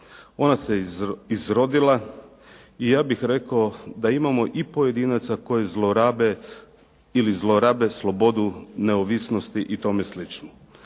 Ona se izrodila i ja bih rekao da imamo i pojedinaca koji zlorabe ili zlorabe slobodu, neovisnosti i tome